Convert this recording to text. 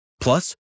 Plus